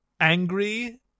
angry